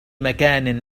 مكان